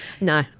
No